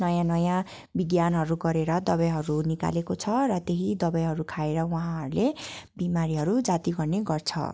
नयाँ नयाँ विज्ञानहरू गरेर दबाईहरू निकालेको छ र त्यही दबाईहरू खाएर उहाँहरूले बिमारीहरू जाती गर्ने गर्छ